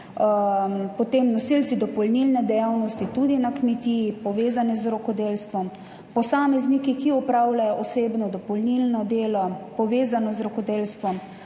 nosilci dopolnilne dejavnosti, tudi na kmetiji, povezani z rokodelstvom, posamezniki, ki opravljajo osebno dopolnilno delo, povezano z rokodelstvom,